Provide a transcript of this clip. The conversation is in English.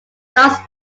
charles